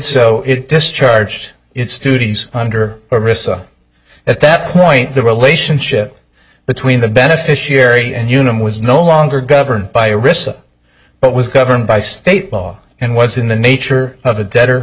so it discharged its students under arista at that point the relationship between the beneficiary and unum was no longer governed by risk but was governed by state law and was in the nature of a debtor